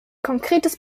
konkretes